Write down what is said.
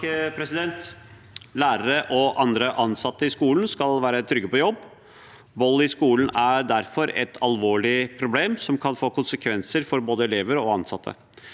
(V) Lærere og andre ansatte i skolen skal være trygge på jobb. Vold i skolen er derfor et alvorlig problem som kan få konsekvenser for både elever og ansatte.